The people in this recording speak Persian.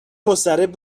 مضطرب